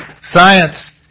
science